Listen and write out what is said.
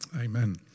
Amen